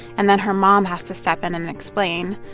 and then her mom has to step in and explain.